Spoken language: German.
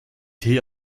tee